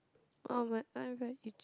oh my eye very itchy